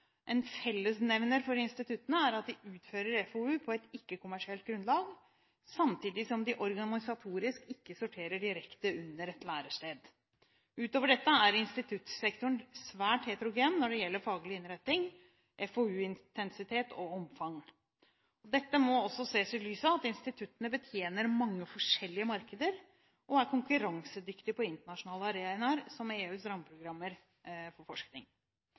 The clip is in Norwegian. En fellesnevner for instituttene er at de utfører FoU på et ikke-kommersielt grunnlag, samtidig som de organisatorisk ikke sorterer direkte under et lærested. Utover dette er instituttsektoren svært heterogen når det gjelder faglig innretning, FoU-intensitet og omfang. Dette må også ses i lys av at instituttene betjener mange forskjellige markeder og er konkurransedyktige på internasjonale arenaer, som EUs rammeprogrammer for forskning.